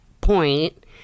point